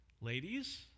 Ladies